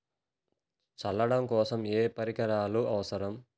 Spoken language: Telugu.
చల్లడం కోసం ఏ పరికరాలు అవసరం?